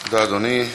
תודה, אדוני.